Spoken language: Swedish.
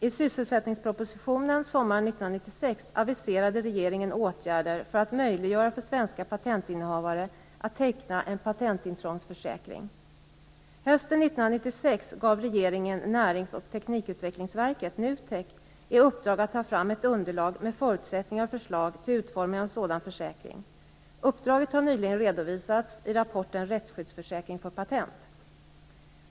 I sysselsättningspropositionen sommaren 1996 aviserade regeringen åtgärder för att möjliggöra för svenska patentinnehavare att teckna en patentintrångsförsäkring. Hösten 1996 gav regeringen Närings och teknikutvecklingsverket, NUTEK, i uppdrag att ta fram ett underlag med förutsättningar och förslag till utformning av en sådan försäkring. Uppdraget har nyligen redovisats i rapporten Rättsskyddsförsäkring för patent.